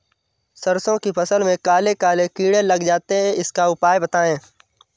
सरसो की फसल में काले काले कीड़े लग जाते इसका उपाय बताएं?